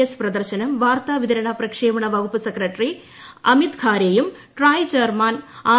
S പ്രദർശനം വാർത്താ വിതരണ പ്രക്ഷേപണ വകുപ്പ് സെക്രട്ടറി അമിത് ഖാരെയും ട്രായ് ചെയർമാൻ ആർ